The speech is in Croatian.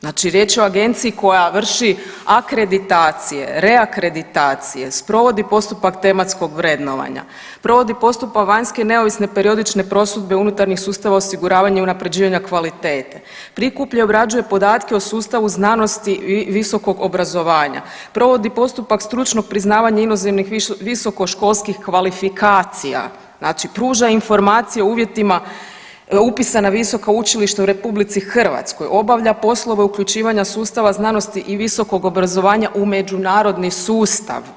Znači riječ je o agenciji koja vrši akreditacije, reakreditacije, sprovodi postupak tematskog vrednovanja, provodi postupak vanjske i neovisne periodične prosudbe unutarnjih sustava osiguravanja i unaprjeđivanja kvalitete, prikuplja i obrađuje podatke o sustavu znanosti i visokog obrazovanja, provodi postupak stručnog priznavanja inozemnih visokoškolskih kvalifikacija, znači pruža informacije u uvjetima upisa na visoka učilišta u RH, obavlja poslove uključivanja sustava znanosti i visokog obrazovanja u međunarodni sustav.